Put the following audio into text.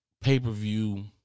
pay-per-view